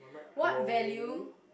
what value